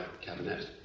Cabinet